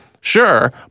sure